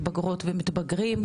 מתבגרות ומתבגרים,